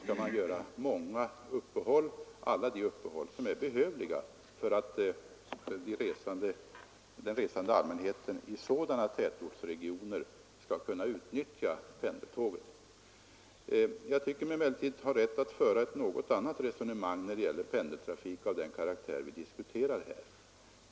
Man kan göra många uppehåll, alla de som är behövliga för att den resande allmänheten i sådana tätortsregioner skall kunna utnyttja pendeltågen. Jag tycker mig emellertid ha rätt att föra ett annat resonemang när det gäller pendeltrafik av den karaktär som vi diskuterar här.